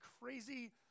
crazy